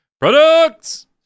Products